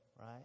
right